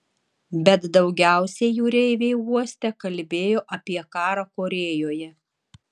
bet daugiausiai jūreiviai uoste kalbėjo apie karą korėjoje